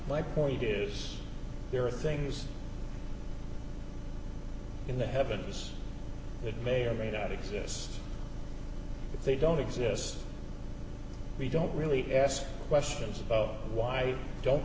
my point is there are things in the heavens that may or may not exist if they don't exist we don't really ask questions about why don't